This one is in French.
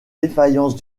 défaillance